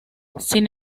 sin